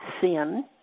sin